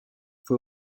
fue